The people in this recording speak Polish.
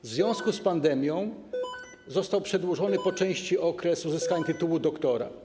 W związku z pandemią został przedłużony po części okres uzyskania tytułu doktora.